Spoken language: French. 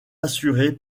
assuré